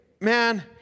man